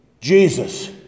Jesus